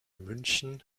münchen